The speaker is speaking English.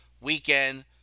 weekend